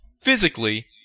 Physically